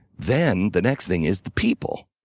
then, the next thing is the people.